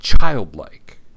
childlike